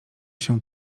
się